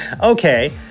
Okay